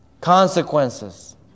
consequences